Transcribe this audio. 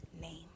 name